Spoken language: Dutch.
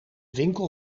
winkel